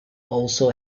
also